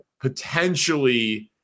potentially